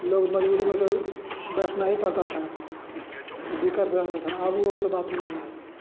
लोग मजबूरी में तो बैठना ही पड़ता था दिक़्क़त हो जाता था अब वो सब बात नहीं है